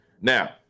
Now